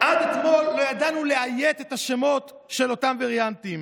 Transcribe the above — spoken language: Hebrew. עד אתמול לא ידענו לאיית את השמות של אותם וריאנטים.